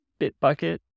Bitbucket